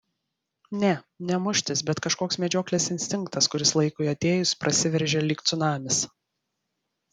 ne ne muštis bet kažkoks medžioklės instinktas kuris laikui atėjus prasiveržia lyg cunamis